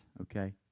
okay